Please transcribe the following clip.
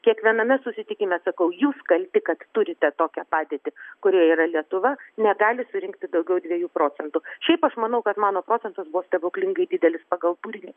kiekviename susitikime sakau jūs kalti kad turite tokią padėtį kurioje yra lietuva negali surinkti daugiau dviejų procentų šiaip aš manau kad mano procentas buvo stebuklingai didelis pagal turinį